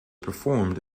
performed